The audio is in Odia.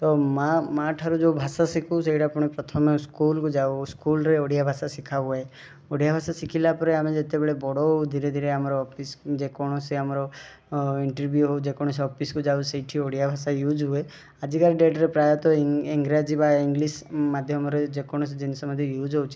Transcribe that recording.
ତ ମା' ମା' ଠାରୁ ଯେଉଁ ଭାଷା ଶିଖୁ ସେଇଟା ପୁଣି ପ୍ରଥମେ ସ୍କୁଲ୍କୁ ଯାଉ ସ୍କୁଲ୍ରେ ଓଡ଼ିଆ ଭାଷା ଶିଖାହୁଏ ଓଡ଼ିଆ ଭାଷା ଶିଖିଲା ପରେ ଆମେ ଯେତେବେଳେ ବଡ଼ ହେଉ ଧିରେଧିରେ ଆମର ଅଫିସ୍ ଯେକୌଣସି ଆମର ଇଣ୍ଟର୍ଭ୍ୟୁ ହେଉ ଯେକୌଣସି ଅଫିସ୍କୁ ଯାଉ ସେଇଠି ଓଡ଼ିଆ ଭାଷା ୟୁଜ୍ ହୁଏ ଆଜିକା ଡେଟ୍ରେ ପ୍ରାୟତଃ ଇଂରାଜୀ ବା ଇଂଲିଶ୍ ମାଧ୍ୟମରେ ଯେକୌଣସି ଜିନଷ ମଧ୍ୟ ୟୁଜ୍ ହେଉଛି